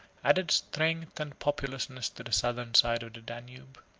added strength and populousness to the southern side of the danube.